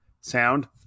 sound